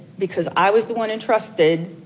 because i was the one entrusted,